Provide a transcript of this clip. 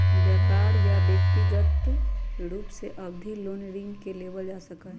व्यापार या व्यक्रिगत रूप से अवधि लोन ऋण के लेबल जा सका हई